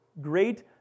great